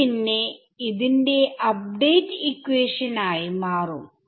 ഇത് പിന്നെ ന്റെ അപ്ഡേറ്റ് ഇക്വേഷൻ ആയി മാറും